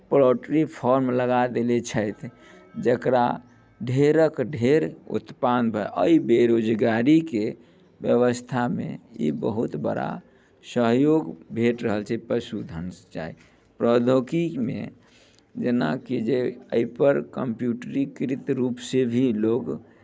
poultry farm लगा देने छथि जकरा ढेरक ढेर उत्पादमे एहि बेरोजगारीके व्यवस्थामे ई बहुत बड़ा सहयोग भेट रहल छै पशुधनसँ प्रौद्योगिकीमे जेना कि जे एहिपर कम्प्यूटरीकृत रूपसँ भी लोक